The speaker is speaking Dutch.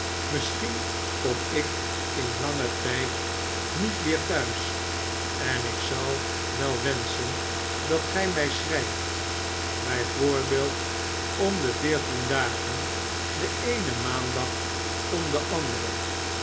misschien kom ik in langen tijd niet weer thuis en ik zou wel wenschen dat gij mij schrijft bij voorbeeld om de veertien dagen den eenen maandag om den anderen